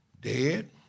dead